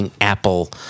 Apple